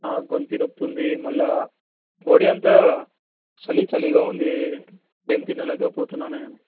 గొంతి నొప్పి ఉంది మళ్ళా బాడీ అంత చలి చలిగా ఉంది ఏమి తినలేకపోతున్నాను నేను